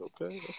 okay